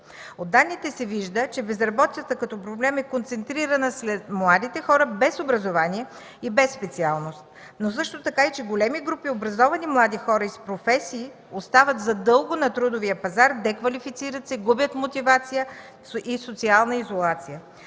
От данните се вижда, че безработицата като проблем е концентрирана сред младите хора без образование и без специалност, но също така и че големи групи образовани млади хора с професии остават дълго на трудовия пазар, деквалифицират се, губят мотивация и са в социална изолация.